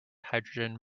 hydrogen